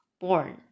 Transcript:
born